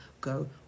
Go